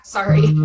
Sorry